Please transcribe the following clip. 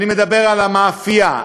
אני מדבר על המאפייה,